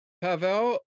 Pavel